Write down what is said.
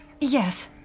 Yes